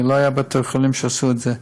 כי לא היו בתי-חולים שעשו את זה.